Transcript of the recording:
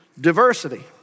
diversity